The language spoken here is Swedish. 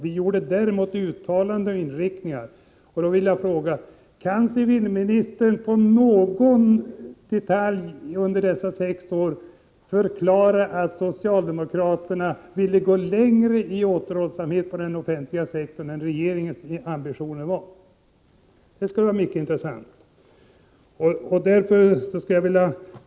Vi uttalade däremot fasta inriktningar. Jag vill fråga: Kan civilministern peka på någon detalj inom den offentliga sektorn som var aktuell under dessa sex år och förklara att socialdemokraterna ville gå längre i återhållsamhet än regeringens ambitioner var? Det skulle vara mycket intressant att få ett besked härvidlag.